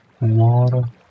Water